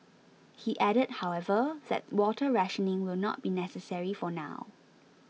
he added however that water rationing will not be necessary for now